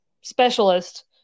specialist